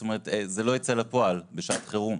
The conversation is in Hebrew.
זה לא יצא לפועל בשעת חירום.